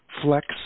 Flex